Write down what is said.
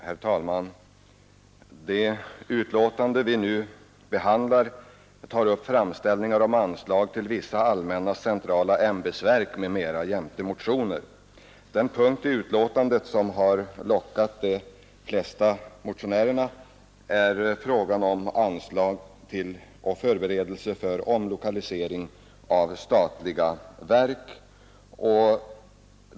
Herr talman! Det betänkande vi nu behandlar tar upp framställningar om anslag till vissa allmänna centrala ämbetsverk m.m. jämte motioner. Den punkt i betänkandet som har lockat de flesta motionärerna är frågan om anslaget till förberedelser för omlokalisering av statliga verk.